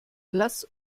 lass